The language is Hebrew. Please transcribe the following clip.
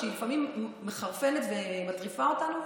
שלפעמים מחרפנת ומטריפה אותנו,